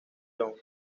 young